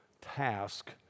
task